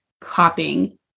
copying